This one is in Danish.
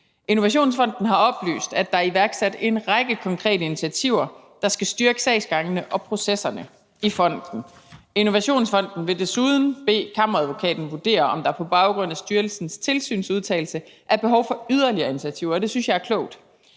Innovationsfonden har oplyst, at der er iværksat en række konkrete initiativer, der skal styrke sagsgangene og processerne i fonden. Innovationsfonden vil desuden bede Kammeradvokaten vurdere, om der på baggrund af styrelsens tilsynsudtalelse er behov for yderligere initiativer, og det synes jeg er klogt.